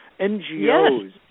NGOs